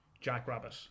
Jackrabbit